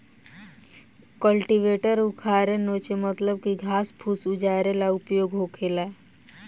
cultivator उखारे नोचे मतलब की घास फूस उजारे ला उपयोग होखेला